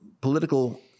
political